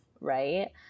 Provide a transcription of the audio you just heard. right